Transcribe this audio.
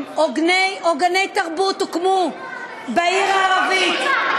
עוגני תרבות הוקמו בעיר הערבית,